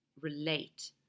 relate